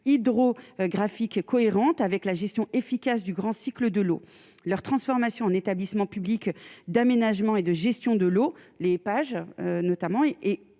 hydro-graphique est cohérente avec la gestion efficace du grand cycle de l'eau leur transformation en établissement public d'aménagement et de gestion de l'eau, les pages notamment, il